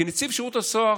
כי נציב שירות בתי הסוהר,